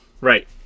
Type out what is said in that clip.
Right